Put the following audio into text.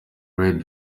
red